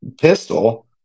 pistol